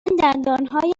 دندانهایم